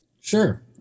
Sure